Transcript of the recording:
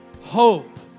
Hope